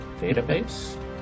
database